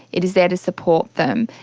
it is there to support them,